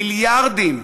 מיליארדים,